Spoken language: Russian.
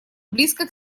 близко